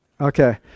Okay